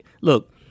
Look